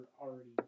already